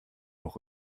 auch